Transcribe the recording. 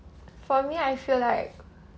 for me I feel like